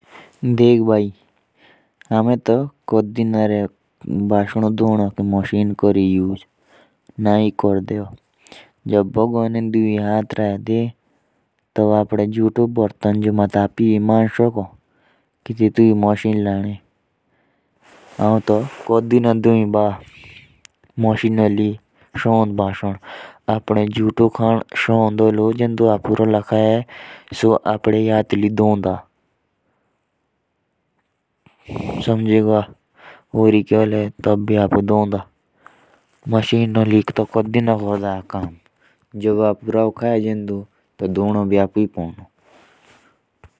जो अपने जोठे बरतन होते ह। व मे खुद ह धोते ह।